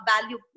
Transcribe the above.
value